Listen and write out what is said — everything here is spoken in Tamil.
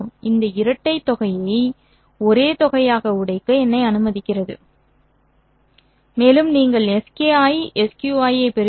இந்த இரட்டை தொகையை ஒரே தொகையாக உடைக்க என்னை அனுமதிக்கிறது மேலும் நீங்கள் Ski SQi ஐப் பெறுவீர்கள்